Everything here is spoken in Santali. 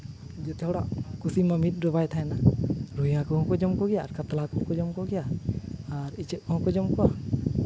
ᱡᱚᱛᱚ ᱦᱚᱲᱟᱜ ᱠᱩᱥᱤᱢᱟ ᱢᱤᱫ ᱨᱮ ᱵᱟᱭ ᱛᱟᱦᱮᱱᱟ ᱨᱩᱭ ᱦᱟᱹᱠᱩ ᱦᱚᱸ ᱠᱚ ᱡᱚᱢ ᱠᱚᱜᱮᱭᱟ ᱟᱨ ᱠᱟᱛᱞᱟ ᱦᱟᱹᱠᱩ ᱦᱚᱸᱠᱚ ᱡᱚᱢ ᱠᱚᱜᱮᱭᱟ ᱟᱨ ᱤᱪᱟᱹᱜ ᱠᱚᱦᱚᱸ ᱠᱚ ᱡᱚᱢ ᱠᱚᱣᱟ